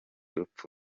urupfu